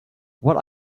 what